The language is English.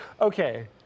Okay